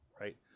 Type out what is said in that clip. Right